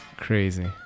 crazy